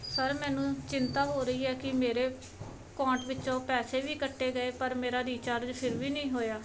sir ਮੈਨੂੰ ਚਿੰਤਾ ਹੋ ਰਹੀ ਹੈ ਕਿ ਮੇਰੇ ਕਾਉਂਟ ਵਿੱਚੋਂ ਪੈਸੇ ਵੀ ਕੱਟੇ ਗਏ ਪਰ ਮੇਰਾ ਰੀਚਾਰਜ ਫਿਰ ਵੀ ਨਹੀਂ ਹੋਇਆ